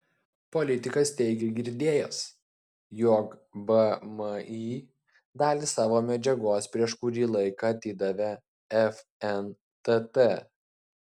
politikas teigė girdėjęs jog vmi dalį savo medžiagos prieš kurį laiką atidavė fntt